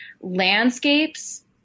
landscapes